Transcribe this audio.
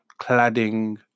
cladding